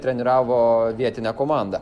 treniravo vietinę komandą